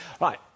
Right